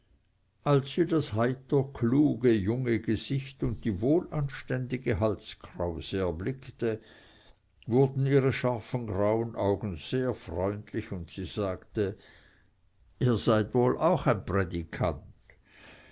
als sie das heiter kluge junge gesicht und die wohlanständige halskrause erblickte wurden ihre scharfen grauen augen sehr freundlich und sie sagte ihr seid wohl auch ein prädikant